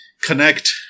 connect